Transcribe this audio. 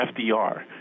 FDR